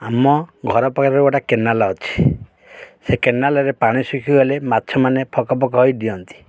ଆମ ଘର ପାଖରେ ଗୋଟେ କେନାଲ୍ ଅଛି ସେ କେନାଲ୍ରେ ପାଣି ଶୁଖିଗଲେ ମାଛମାନେ ଫକ୍ ଫକ୍ ହୋଇ ଡିଅନ୍ତି